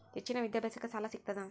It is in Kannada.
ಹೆಚ್ಚಿನ ವಿದ್ಯಾಭ್ಯಾಸಕ್ಕ ಸಾಲಾ ಸಿಗ್ತದಾ?